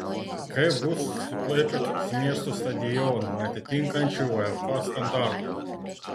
kaip bus su klaipėdos miesto stadionu neatitinkančiu uefa standartų